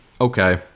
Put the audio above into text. Okay